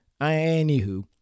Anywho